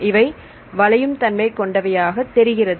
இவை வளையும் தன்மை கொண்டவையாக தெரிகிறது